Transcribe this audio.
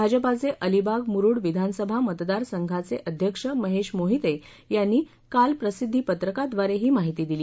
भाजपाचे अलिबाग मुरूड विधानसभा मतदार संघाचे अध्यक्ष महेश मोहिते यांनी काल प्रसिध्दी पत्रकाद्वारे ही माहिती दिली